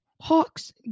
Hawks